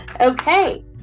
Okay